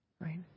Right